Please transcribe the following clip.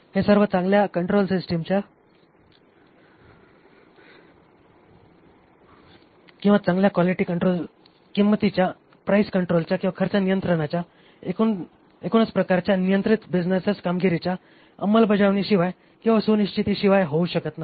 हे सर्व चांगल्या कंट्रोल सिस्टीमच्या किंवा चांगल्या क्वालिटी कंट्रोल किंमतीच्या प्राईस कंट्रोलच्या खर्च नियंत्रणाच्या एकूणच प्रकारच्या नियंत्रित बिझनेस कामगिरीच्या अंमलबजावणीशिवाय किंवा सुनिश्चीतीशिवाय होऊ शकत नाही